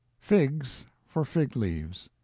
figs for fig leaves!